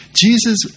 Jesus